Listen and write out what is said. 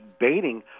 baiting